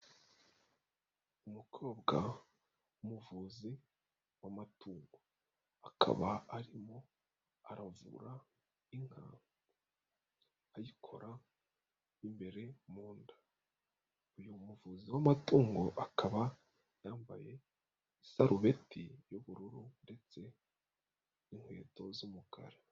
Umukobwa w'umuvuzi w'amatungo akaba arimo aravura inka ayikora imbere mu nda. Uyu muvuzi w'amatungo akaba yambaye isarubeti y'ubururu ndetse n'inkweto z'umukara.